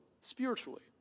spiritually